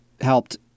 helped